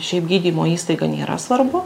šiaip gydymo įstaiga nėra svarbu